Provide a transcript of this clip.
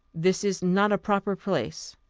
this is not a proper place.